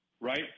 right